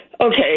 Okay